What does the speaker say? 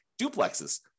duplexes